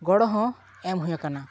ᱜᱚᱲᱚ ᱦᱚᱸ ᱮᱢ ᱦᱩᱭ ᱟᱠᱟᱱᱟ